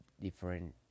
different